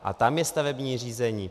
A tam je stavební řízení.